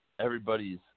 everybody's